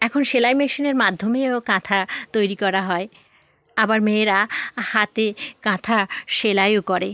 এখন সেলাই মেশিনের মাধ্যমেও কাঁথা তৈরি করা হয় আবার মেয়েরা হাতে কাঁথা সেলাইও করে